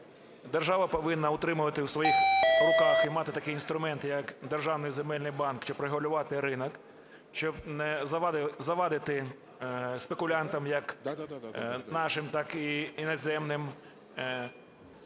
Держава повинна утримувати в своїх руках і мати такий інструмент, як державний земельний банк, щоб регулювати ринок, щоб не завадити спекулянтам, як нашим так і іноземним,